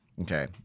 okay